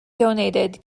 donated